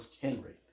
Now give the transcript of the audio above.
Henry